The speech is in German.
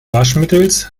waschmittels